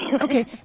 Okay